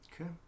Okay